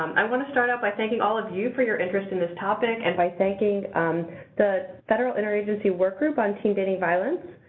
i want to start off by thanking all of you for your interest in this topic and by thanking the federal interagency workgroup on teen dating violence,